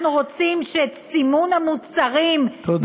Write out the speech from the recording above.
אנחנו רוצים שאת סימון המוצרים, תודה.